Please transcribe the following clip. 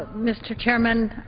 mr. chairman,